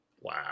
Wow